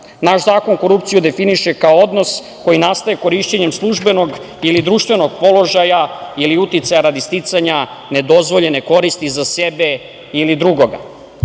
zakon korupciju definiše kao odnos koji nastaje korišćenjem službenog ili društvenog položaja ili uticaja radi sticanja nedozvoljene koristi za sebe ili drugoga. Zato